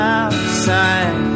outside